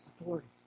authority